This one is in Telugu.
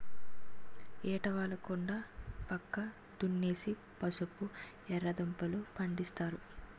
ఏటవాలు కొండా పక్క దున్నేసి పసుపు, ఎర్రదుంపలూ, పండిస్తారు